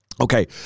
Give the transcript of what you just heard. Okay